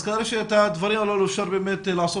אז כנראה שאת הדברים הללו אפשר לעשות